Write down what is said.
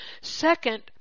second